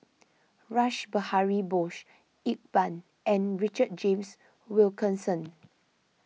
Rash Behari Bose Iqbal and Richard James Wilkinson